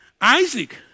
Isaac